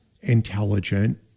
intelligent